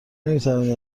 نمیتوانی